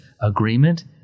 agreement